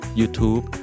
YouTube